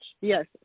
Yes